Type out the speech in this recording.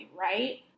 right